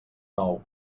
nou